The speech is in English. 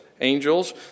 angels